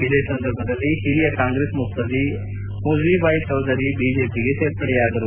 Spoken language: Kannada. ಇದೇ ಸಂದರ್ಭದಲ್ಲಿ ಹಿರಿಯ ಕಾಂಗ್ರೆಸ್ ಮುತ್ಲದಿ ಮುಝಿಬಾಯ್ ಚೌಧರಿ ಬಿಜೆಪಿಗೆ ಸೇರ್ಪಡೆಯಾದರು